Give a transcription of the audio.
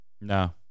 No